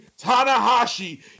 Tanahashi